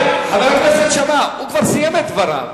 רבותי, חבר הכנסת שאמה, הוא כבר סיים את דבריו.